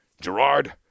Gerard